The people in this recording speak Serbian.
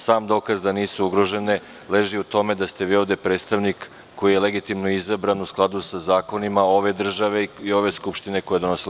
Sam dokaz da nisu ugrožene leži u tome da ste vi ovde predstavnik koji je legitimno izabran u skladu sa zakonima ove države i ove skupštine koja je donosila.